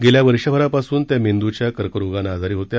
गेल्या वर्षभरापासून त्या मेंद्रच्या कर्करोगानं आजारी होत्या